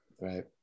Right